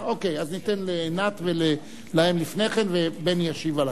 נתניהו במתן מענה למצוקת הדיור.